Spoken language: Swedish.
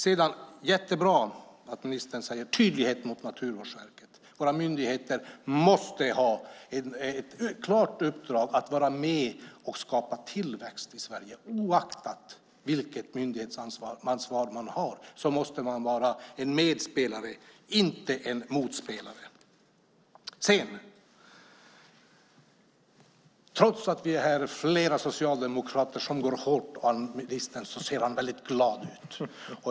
Det är jättebra att ministern säger att det ska vara tydlighet gentemot Naturvårdsverket. Våra myndigheter måste ha ett klart uppdrag att vara med och skapa tillväxt i Sverige. Oavsett vilket myndighetsansvar man har måste man vara en medspelare och inte en motspelare. Trots att vi är flera socialdemokrater här som går hårt åt ministern ser han väldigt glad ut.